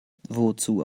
wozu